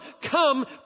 come